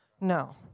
No